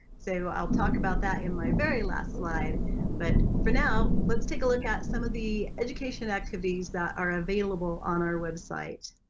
so i'll talk about that in my very last slide but for now let's take a look at some of the education activities that are available on our website.